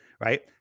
right